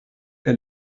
est